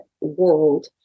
world